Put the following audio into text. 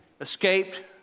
escaped